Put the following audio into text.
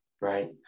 Right